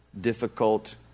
difficult